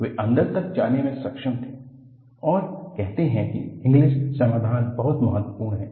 वे अंदर तक जाने में सक्षम थे और कहते है कि इंगलिस समाधान बहुत महत्वपूर्ण है